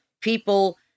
people